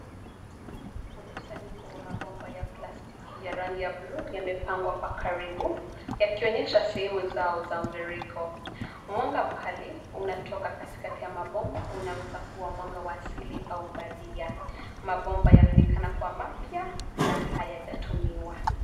Mkusanyiko wa mabomba ya plastiki ya rangi ya bluu yamepangwa kwa karibu, yakionyesha sehemu zao za mviringo. Mwanga mkali unatoka katikati ya mabomba, unaweza kua mwanga wa asili au bandia. Mabomba yanaonekana kua mapya na hayajatumiwa.